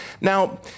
now